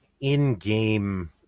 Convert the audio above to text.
in-game